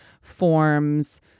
forms